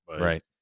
Right